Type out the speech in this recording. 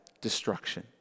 destruction